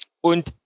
Und